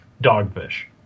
dogfish